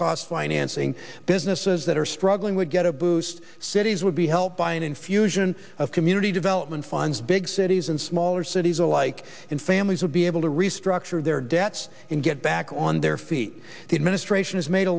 cost financing businesses that are struggling would get a boost cities would be helped by an infusion of community development funds big cities and smaller cities alike in families would be able to restructure their debts and get back on their feet the administration has made a